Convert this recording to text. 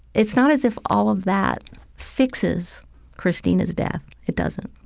it's not as if all of that fixes christina's death it doesn't.